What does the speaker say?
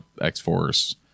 x-force